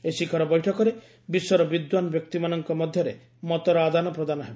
ଏହି ଶିଖର ବୈଠକରେ ବିଶ୍ୱର ବିଦ୍ୱାନ ବ୍ୟକ୍ତିମାନଙ୍କ ମଧ୍ୟରେ ମତର ଆଦାନ ପ୍ରଦାନ ହେବ